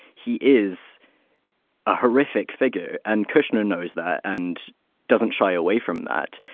he is a horrific figure and kushner knows that and doesn't shy away from that.